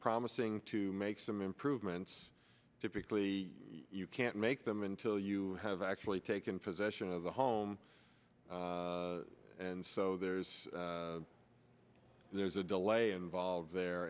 promising to make some improvements typically you can't make them until you have actually taken possession of the home and so there's there's a delay involved there